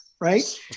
right